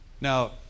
Now